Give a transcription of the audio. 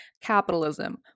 capitalism